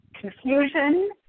confusion